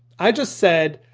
i just said,